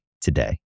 today